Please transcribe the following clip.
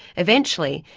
eventually,